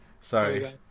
Sorry